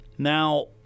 Now